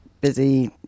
busy